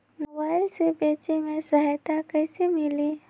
Mobile से बेचे में सहायता कईसे मिली?